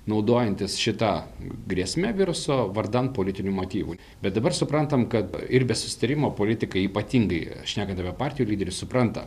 naudojantis šita grėsme viruso vardan politinių motyvų bet dabar suprantam kad ir be susitarimo politikai ypatingai šnekant apie partijų lyderius supranta